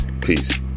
Peace